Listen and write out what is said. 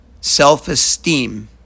Self-esteem